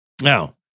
Now